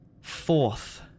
fourth